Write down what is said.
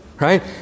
right